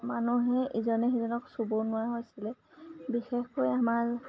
মানুহে ইজনে সিজনক চুব নোৱাৰা হৈছিলে বিশেষকৈ আমাৰ